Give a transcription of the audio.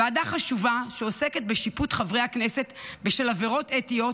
ועדה חשובה שעוסקת בשיפוט חברי הכנסת בשל עבירות אתיות,